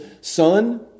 son